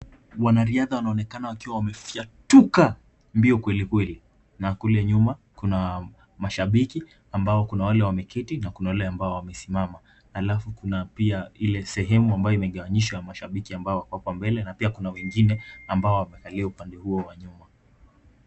Wanariadha wanaonekana wakiwa wamefuatuka mbio kweli kweli, na kule nyuma kuna mashabiki ambao kuna wale wameketi na kuna wale ambao wamesimama. Halafu kuna pia ile sehemu ambayo imegawanyishwa ya mashabiki ambao kwako mbele na pia kuna wengine ambao wamekalia upande huo wa nyuma.